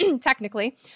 technically